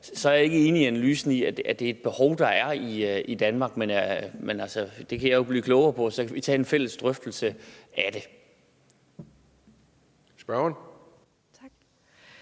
er jeg ikke enig i analysen af, at det er et behov, der er i Danmark. Men det kan jeg jo blive klogere på, og så kan vi tage en fælles drøftelse af det.